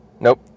Nope